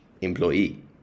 employee